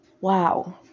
wow